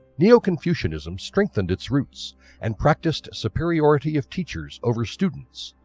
neo-confucianism strengthened its roots and practiced superiority of teachers over students,